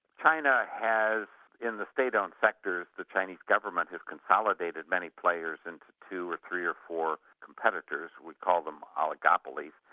china has in the state-owned sectors, the chinese government has consolidated many players into and two or three or four competitors, we'd call them oligopolies,